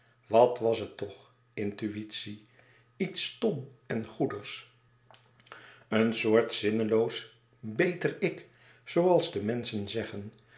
wat was het toch intuïtie iets stom en goedigs een soort zinneloos beter ik zooals de menschen zeggen